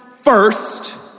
first